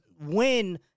win